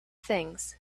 things